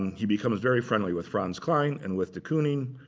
he becomes very friendly with franz klein and with de kooning.